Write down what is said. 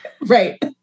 Right